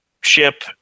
ship